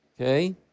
okay